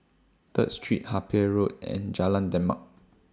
Third Street Harper Road and Jalan Demak